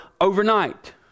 overnight